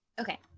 Okay